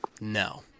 No